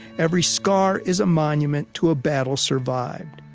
every scar is a monument to a battle survived.